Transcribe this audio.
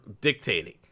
dictating